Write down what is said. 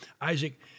Isaac